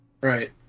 Right